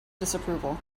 disapproval